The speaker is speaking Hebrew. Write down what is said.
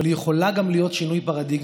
אבל היא יכולה להיות גם שינוי פרדיגמה,